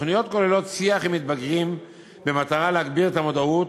התוכניות כוללות שיח עם מתבגרים במטרה להגביר את המודעות